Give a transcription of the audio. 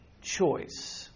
choice